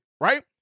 right